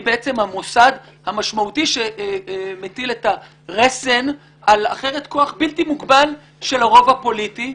היא המוסד המשמעותי שמטיל את הרסן על כוח בלתי מוגבל של הרוב הפוליטי.